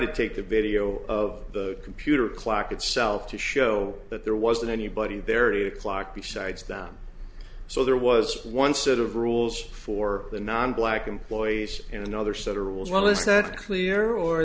to take the video of the computer clock itself to show that there wasn't anybody there to the clock besides down so there was one set of rules for the non black employees and another set of rules well is that clear or